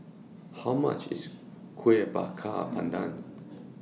How much IS Kuih Bakar Pandan